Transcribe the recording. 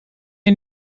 een